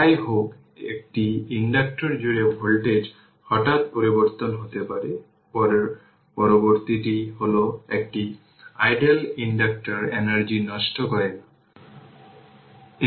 যাইহোক একটি ইন্ডাক্টর জুড়ে ভোল্টেজ হঠাৎ পরিবর্তন হতে পারে পরবর্তীটি হল একটি আইডেল ইন্ডাক্টর এনার্জি নষ্ট করে না